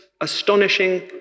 astonishing